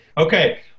Okay